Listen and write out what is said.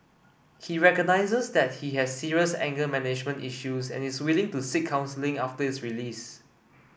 he recognises that he has serious anger management issues and is willing to seek counselling after his release